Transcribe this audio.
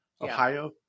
Ohio